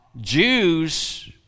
Jews